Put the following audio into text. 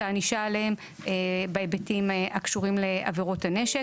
הענישה עליהם בהיבטים הקשורים לעבירות הנשק.